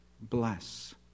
bless